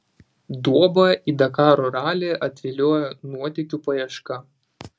duobą į dakaro ralį atviliojo nuotykių paieška